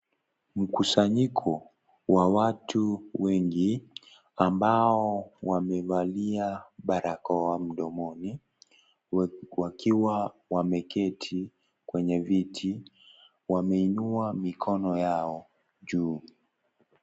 Mkusanyiko wa watu, wengi, ambao wamevalia balakoa mdomoni. Wakiwa wameketi, kwenye viti. Wameinua mikono yao juu.